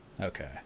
Okay